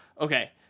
Okay